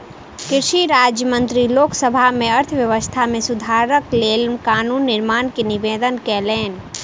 कृषि राज्य मंत्री लोक सभा में अर्थव्यवस्था में सुधारक लेल कानून निर्माण के निवेदन कयलैन